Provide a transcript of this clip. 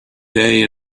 day